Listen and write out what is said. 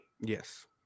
yes